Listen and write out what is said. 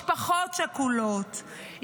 משפחות שכולות,